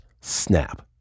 snap